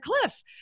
cliff